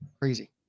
crazy